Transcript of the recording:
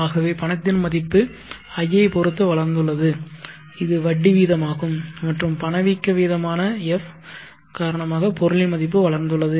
ஆகவே பணத்தின் மதிப்பு i ஐ பொறுத்து வளர்ந்துள்ளது இது வட்டி வீதமாகும் மற்றும் பணவீக்க வீதமான f காரணமாக பொருளின் மதிப்பு வளர்ந்துள்ளது